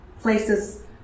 places